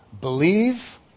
believe